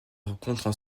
rencontrent